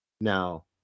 now